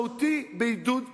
משמעותי בעידוד תיירות?